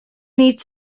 need